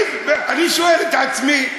אני שואל את עצמי: